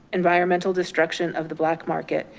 environmental destruction of the black market,